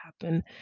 happen